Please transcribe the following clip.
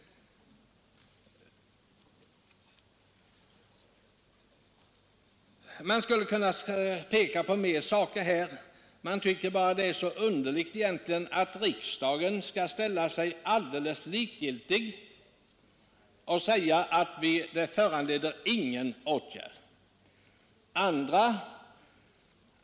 Man skulle också 105 kunna peka på flera sådana initiativ. Det är egentligen underligt att riksdagen skall ställa sig alldeles likgiltig och uttala, att dessa frågor inte föranleder någon åtgärd.